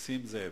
נסים זאב.